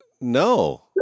No